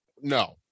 No